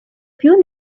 più